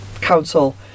Council